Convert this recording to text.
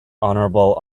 honourable